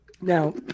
Now